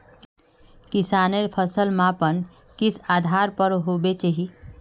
किसानेर फसल मापन किस आधार पर होबे चही?